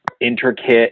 intricate